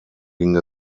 ging